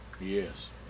yes